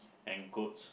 and goats